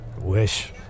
Wish